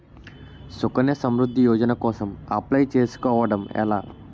సుకన్య సమృద్ధి యోజన కోసం అప్లయ్ చేసుకోవడం ఎలా?